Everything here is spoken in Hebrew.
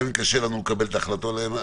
גם אם קשה לנו לקבל את ההחלטות עליהם,